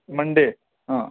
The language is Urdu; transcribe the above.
منڈے ہاں